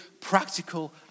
practical